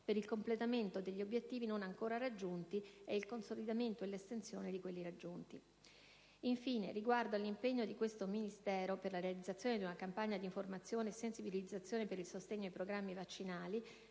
per il completamento degli obiettivi non ancora raggiunti ed il consolidamento e l'estensione di quelli raggiunti. Infine, riguardo all'impegno di questo Ministero per la realizzazione di una campagna di informazione e sensibilizzazione per il sostegno ai programmi vaccinali,